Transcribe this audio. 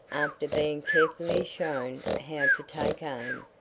after being carefully shown how to take aim,